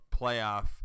playoff